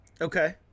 Okay